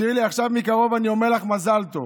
שירלי, עכשיו מקרוב אני אומר לך מזל טוב